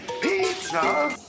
pizza